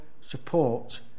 support